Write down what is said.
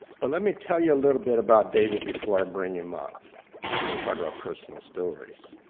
but let me tell you a little bit about david before i bring him up when you talk about personal stories.